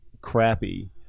crappy